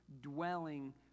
dwelling